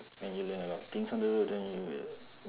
when you learn a lot of things on the road then you